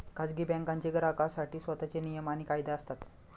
खाजगी बँकांचे ग्राहकांसाठी स्वतःचे नियम आणि कायदे असतात